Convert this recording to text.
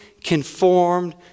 conformed